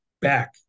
back